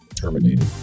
terminated